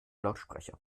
lautsprecher